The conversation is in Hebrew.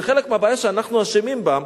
זה חלק מהבעיה שאנחנו אשמים בה,